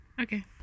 okay